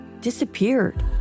disappeared